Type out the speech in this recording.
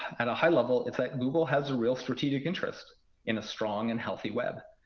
at a high level, it's that google has a real strategic interest in a strong and healthy web.